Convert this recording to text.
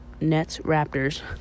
Nets-Raptors